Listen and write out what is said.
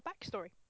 backstory